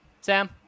Sam